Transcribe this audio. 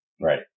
Right